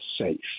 safe